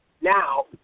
now